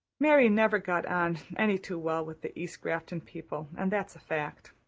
mary never got on any too well with the east grafton people and that's a fact.